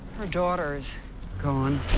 her daughter is gone.